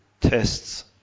tests